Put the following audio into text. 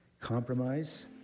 compromise